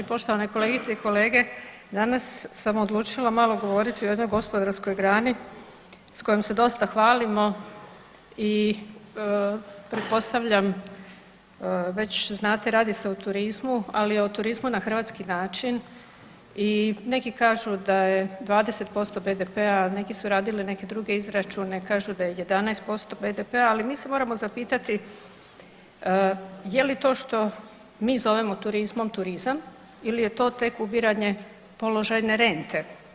Poštovane kolegice i kolege, danas sam odlučila malo govoriti o jednoj gospodarskoj grani s kojom se dosta hvalimo i pretpostavljam već znate radi se o turizmu, ali o turizmu na hrvatski način i neki kažu da je 20% BDP-a, neki su radili neke druge izračune kažu da je 11% BDP-a, ali mi se moramo zapitati je li to što mi zovemo turizmom, turizam ili je to tek ubiranje položajne rente.